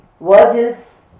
Virgil's